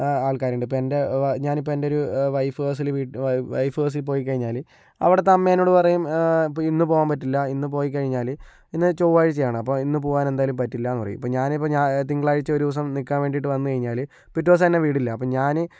ആൾക്കാരുണ്ട് ഇപ്പോൾ എൻ്റെ ഞാനിപ്പോൾ എൻ്റെ ഒരു വൈഫ് ഹൗസിൽ വീട്ടില് വൈഫ് ഹൗസിൽ പോയി കഴിഞ്ഞാല് അവിടത്തെ അമ്മ എന്നോട് പറയും ഇന്ന് പോകാൻ പറ്റില്ല ഇന്ന് പോയി കഴിഞ്ഞാല് ഇന്ന് ചൊവാഴ്ച ആണ് അപ്പോൾ ഇന്ന് പോകാൻ എന്തായാലും പറ്റില്ല എന്ന് പറയും ഇപ്പോൾ ഞാനിപ്പോൾ ഞാ തിങ്കളാഴ്ച ഒരു ദിവസം നിക്കാൻ വേണ്ടീട്ട് വന്നുകഴിഞ്ഞാല് പിറ്റേ ദിവസം എന്നെ വിടില്ല അപ്പോൾ ഞാന്